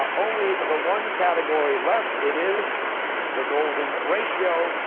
um only the one category left. it is the golden ratio,